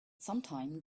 sometime